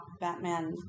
Batman